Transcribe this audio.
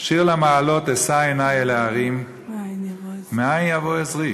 "שיר למעלות אשא עיני אל ההרים מאין יבא עזרי.